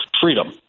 freedom